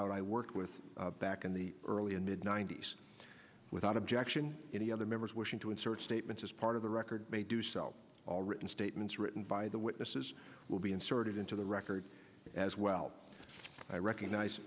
out i work with back in the early and mid ninety's without objection any other members wishing to insert statements as part of the record may do so all written statements written by the witnesses will be inserted into the record as well i recognize